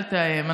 אל תאיים.